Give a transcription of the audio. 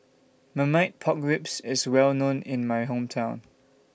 Marmite Pork Ribs IS Well known in My Hometown